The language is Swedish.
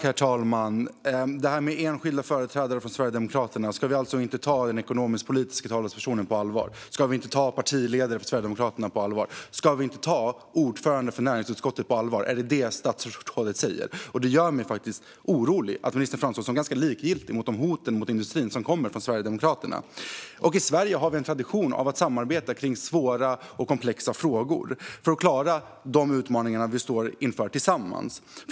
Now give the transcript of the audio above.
Herr talman! Apropå svaret om enskilda företrädare för Sverigedemokraterna: Ska vi alltså inte ta den ekonomisk-politiska talespersonen på allvar? Ska vi inte ta Sverigedemokraternas partiledare på allvar? Ska vi inte ta ordföranden för näringsutskottet på allvar? Är det vad statsrådet säger? Det gör mig orolig när ministern framstår som likgiltig inför de hot mot industrin som kommer från Sverigedemokraterna. I Sverige har vi en tradition av att samarbeta kring svåra och komplexa frågor för att klara de utmaningar vi står inför tillsammans.